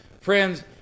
friends